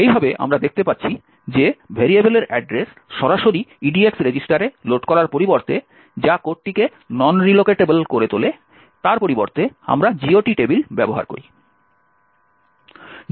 এইভাবে আমরা দেখতে পাচ্ছি যে ভেরিয়েবলের অ্যাড্রেস সরাসরি EDX রেজিস্টারে লোড করার পরিবর্তে যা কোডটিকে নন রিলোকেটেবল করে তোলে তার পরিবর্তে আমরা GOT টেবিল ব্যবহার করি